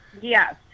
Yes